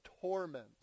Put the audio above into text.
torment